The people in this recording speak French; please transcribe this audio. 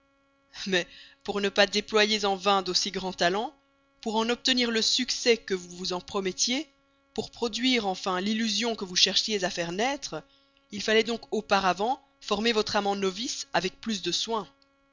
mais pour ne pas déployer en vain d'aussi grands talents pour en obtenir le succès que vous vous en promettiez pour produire enfin l'illusion que vous cherchiez à faire naître il fallait donc auparavant former votre amant novice avec plus de soin